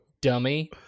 dummy